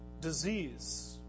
disease